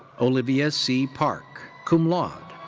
olivia c. park, cum laude.